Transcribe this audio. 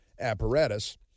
apparatus